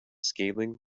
scaling